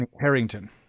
Harrington